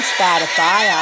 Spotify